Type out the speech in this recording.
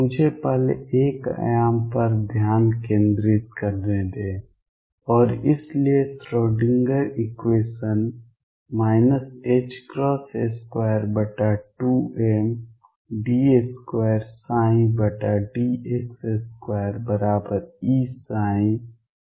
मुझे पहले 1 आयाम पर ध्यान केंद्रित करने दें और इसलिए श्रोडिंगर इक्वेशन 22md2dx2Eψ है